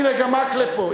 הנה, גם מקלב פה.